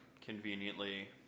conveniently